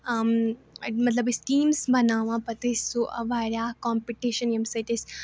مطلب أسۍ ٹیٖمٕز بَناوان پَتہٕ ٲسۍ سُہ واریاہ کَمپِٹِشَن ییٚمہِ سۭتۍ أسۍ